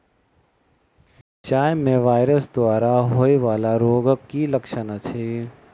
मिरचाई मे वायरस द्वारा होइ वला रोगक की लक्षण अछि?